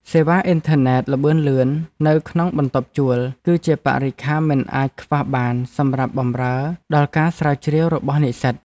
សេវាអ៊ីនធឺណិតល្បឿនលឿននៅក្នុងបន្ទប់ជួល គឺជាបរិក្ខារមិនអាចខ្វះបានសម្រាប់បម្រើដល់ការស្រាវជ្រាវរបស់និស្សិត។